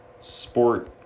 Sport